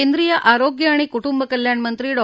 केंद्रीय आरोग्य आणि कुटुंब कल्याणमंत्री डॉ